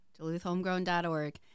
DuluthHomegrown.org